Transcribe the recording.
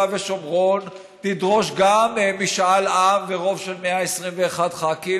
ושומרון ידרוש גם משאל עם ורוב של 120 ח"כים?